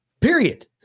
Period